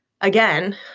again